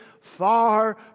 far